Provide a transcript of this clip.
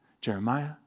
Jeremiah